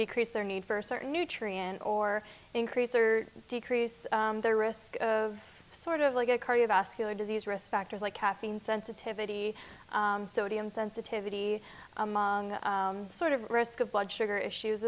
decrease their need for certain nutrients or increase or decrease their risk of sort of like a cardiovascular disease risk factors like caffeine sensitivity sodium sensitivity sort of risk of blood sugar issues